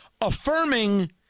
affirming